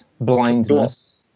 blindness